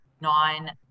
nine